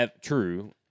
true